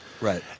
right